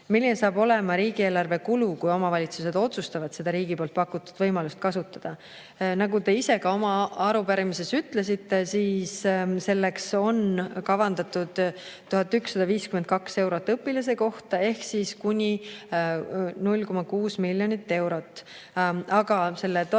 "Milline saab olema riigieelarve kulu, kui omavalitsused otsustavad seda riigi poolt pakutud võimalust kasutada?" Nagu te ise ka oma arupärimises ütlesite, on selleks kavandatud 1152 eurot õpilase kohta ehk kuni 0,6 miljonit eurot. Aga selle toetuse